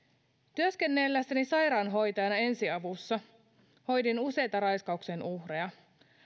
työskennellessäni sairaanhoitajana ensiavussa hoidin useita raiskauksen uhreja